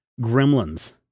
Gremlins